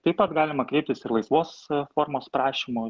taip pat galima kreiptis ir laisvos formos prašymu